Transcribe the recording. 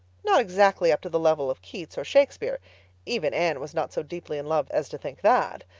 not exactly up to the level of keats or shakespeare even anne was not so deeply in love as to think that.